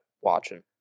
watching